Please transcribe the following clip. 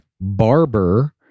Barber